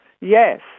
yes